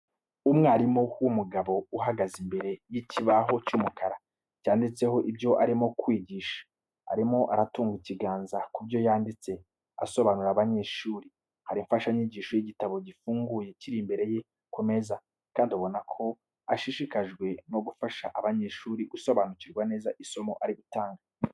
Umwarimu w'umugabo uhagaze imbere y'ikibaho cy'umukara cyanditseho ibyo arimo kwigisha. Arimo aratunga ikiganza ku byo yanditse asobanurira abanyeshuri. Hari imfashanyigisho y'igitabo gifunguye kiri imbere ye ku meza, kandi ubona ko ashishikajwe no gufasha abanyeshuri gusobanukirwa neza isomo ari gutanga.